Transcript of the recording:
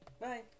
Bye